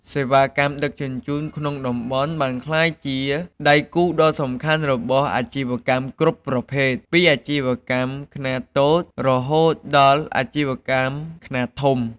សេវាកម្មដឹកជញ្ជូនក្នុងតំបន់នេះបានក្លាយជាដៃគូដ៏សំខាន់របស់អាជីវកម្មគ្រប់ប្រភេទ ពីអាជីវកម្មខ្នាតតូចរហូតដល់អាជីវកម្មខ្នាតធំ។